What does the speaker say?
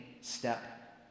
step